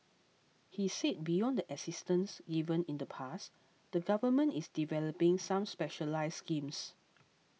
he said beyond the assistance given in the past the government is developing some specialised schemes